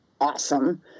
awesome